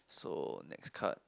so next card